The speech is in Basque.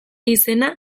izena